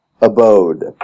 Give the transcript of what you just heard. abode